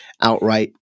outright